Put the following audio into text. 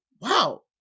wow